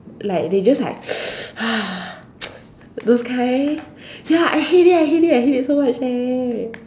like they just like those kind ya I hate it I hate it I hate it so much eh